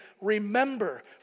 remember